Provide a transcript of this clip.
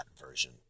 version